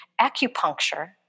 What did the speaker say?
acupuncture